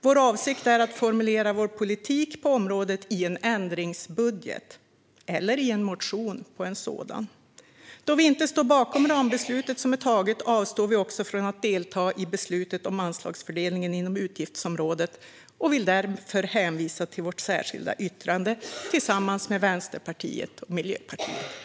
Vår avsikt är att formulera vår politik på området i en ändringsbudget eller i en motion på en sådan. Då vi inte står bakom rambeslutet som är taget avstår vi också från att delta i beslutet om anslagsfördelningen inom utgiftsområdet och vill därför hänvisa till vårt särskilda yttrande tillsammans med Vänsterpartiet och Miljöpartiet.